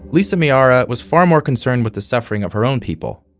lisa miara was far more concerned with the suffering of her own people.